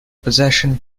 possession